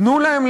תנו להם,